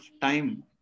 time